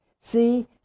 See